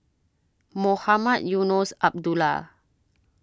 Mohamed Eunos Abdullah